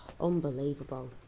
Unbelievable